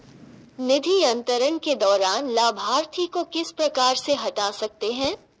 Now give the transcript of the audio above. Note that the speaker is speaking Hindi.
निधि अंतरण के दौरान लाभार्थी को किस प्रकार से हटा सकते हैं?